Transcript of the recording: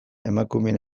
emakumeen